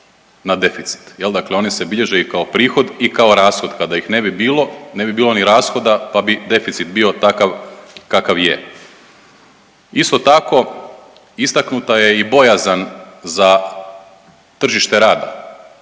na deficit. Dakle, one se bilježe i kao prihod i kao rashod. Kada ih ne bi bilo ne bi bilo ni rashoda, pa bi deficit bio takav kakav je. Isto tako, istaknuta je i bojazan za tržište rada.